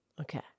Okay